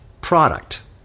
product